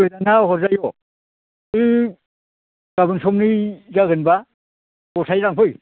गोदाना हरजायो बे गाबोन समनि जागोनबा गथायैनो लांफै